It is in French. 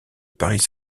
paris